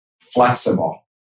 flexible